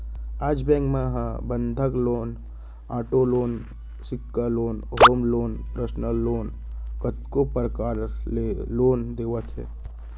आज बेंक मन ह बंधक लोन, आटो लोन, सिक्छा loan, home loan, personal loan कतको परकार ले लोन देवत हे